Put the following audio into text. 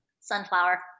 Sunflower